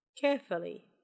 carefully